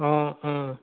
অঁ অঁ